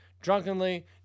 drunkenly